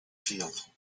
field